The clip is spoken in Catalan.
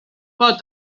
pot